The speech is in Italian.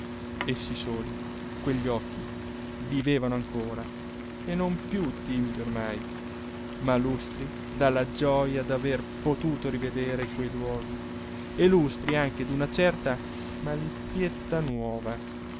compito essi soli quegli occhi vivevano ancora e non più timidi ormai ma lustri dalla gioja d'aver potuto rivedere quei luoghi e lustri anche d'una certa malizietta nuova